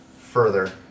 further